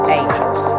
angels